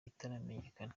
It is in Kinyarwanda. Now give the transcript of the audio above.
itaramenyekana